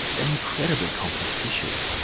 an incredibly complex issue.